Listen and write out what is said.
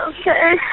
Okay